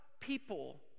people